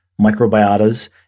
microbiotas